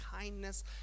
kindness